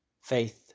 Faith